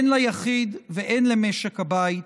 הן ליחיד והן למשק הבית,